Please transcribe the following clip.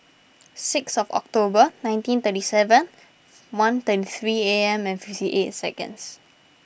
sixth October nineteen thirty seven one thirty three A M and fifty eight seconds